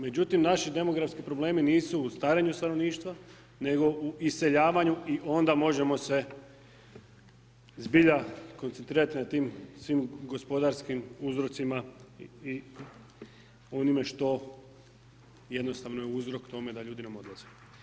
Međutim, naši demografski problemi nisu u starenju stanovništva, nego u iseljavanju i onda možemo se zbilja koncentrirati na tim svim gospodarskim uzrocima i onime što jednostavno je uzrok tome da ljudi nam odlaze.